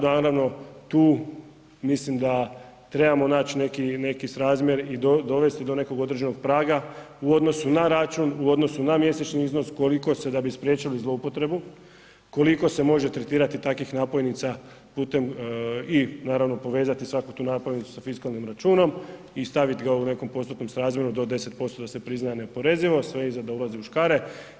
Naravno tu mislim da trebamo naći neki srazmjer i dovesti do nekog određenog praga u odnosu na račun u odnosu na mjesečni iznos koliko se da bi spriječili zloupotrebu koliko se može tretirati takvih napojnica putem i povezati svaku tu napojnicu sa fiskalnim računom i staviti ga u nekom postotnom srazmjeru do 10% da se prizna neoporeziva, sve iza dolazi u škare.